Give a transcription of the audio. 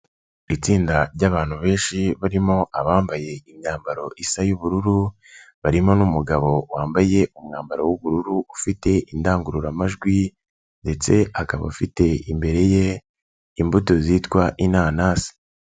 Itsinda ry'abantu benshi barimo abambaye imyambaro isa y'ubururu barimo n'umugabo wambaye umwambaro w'ubururu ufite indangururamajwi ndetse akaba afite imbere ye imbuto zitwa inanasi.